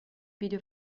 video